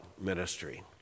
ministry